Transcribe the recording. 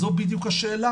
זו בדיוק השאלה